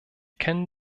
kennen